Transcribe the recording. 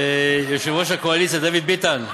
יושב-ראש הקואליציה דוד ביטן,